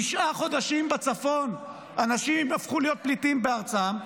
תשעה חודשים בצפון אנשים הפכו להיות פליטים בארצם,